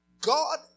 God